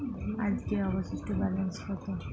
আজকের অবশিষ্ট ব্যালেন্স কত?